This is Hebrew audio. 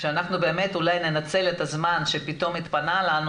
שאנחנו באמת אולי ננצל את הזמן שפתאום התפנה לנו